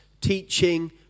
teaching